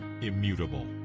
immutable